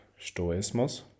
Stoismus